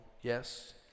yes